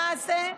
למעשה,